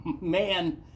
Man